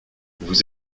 vous